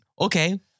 Okay